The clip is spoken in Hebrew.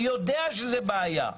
אני יודעת שזאת בעיה,